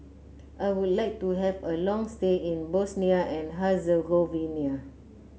I would like to have a long stay in Bosnia and Herzegovina